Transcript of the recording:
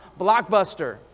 Blockbuster